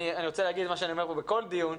אני רוצה להגיד מה שאני אומר פה בכל דיון,